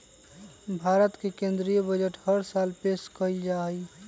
भारत के केन्द्रीय बजट हर साल पेश कइल जाहई